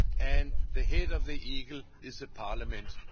and the head of the eagle is the parliament.